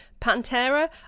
Pantera